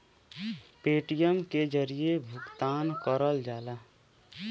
Paytm के जरिये भुगतान करल जाला